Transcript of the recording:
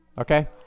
okay